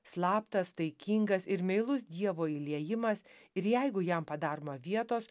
slaptas taikingas ir meilus dievo įliejimas ir jeigu jam padaroma vietos